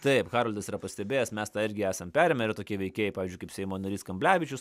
taip haroldas yra pastebėjęs mes tą irgi esam perėmę yra tokie veikėjai pavyzdžiui kaip seimo narys kamblevičius